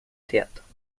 théâtre